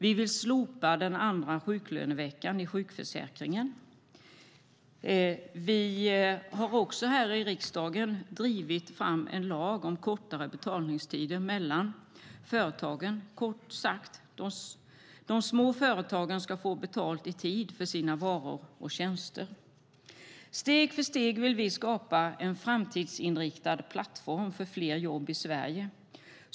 Vi vill slopa den andra sjuklöneveckan i sjukförsäkringen. Vi har också här i riksdagen drivit fram en lag om kortare betalningstider mellan företagen. Kort sagt: De små företagen ska få betalt i tid för sina varor och tjänster. Steg för steg vill vi skapa en framtidsinriktad plattform för fler jobb i Sverige.